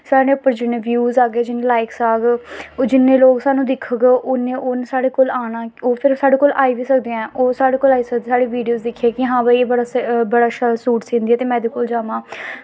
साढ़े उप्पर जिन्ने ब्यूज आगे जिन्ने लाईक्स आग ओह् जिन्ने लोग सानू दिक्खग उन्ने उन्न साढ़े कोल आना ओह् फिर साढ़े कोल आई बी सकदे ऐ ओह् साढ़े कोल आई सकदे साढ़ी वीडियो दिक्खियै कि हां भाई एह् बड़ा शैल सूट सींदी ऐ ते में एह्दे कोल जामां